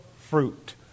fruit